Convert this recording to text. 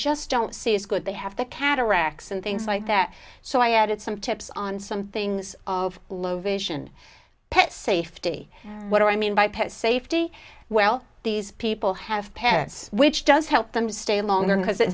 just don't see as good they have the cataracts and things like that so i added some tips on some things of low vision pet safety what i mean by pet safety well these people have pets which does help them stay longer because it